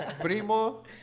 Primo